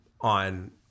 on